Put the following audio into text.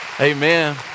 Amen